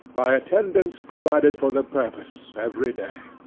by attendants provided for the purpose, every day.